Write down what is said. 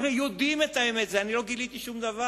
הרי יודעים את האמת, אני לא גיליתי שום דבר.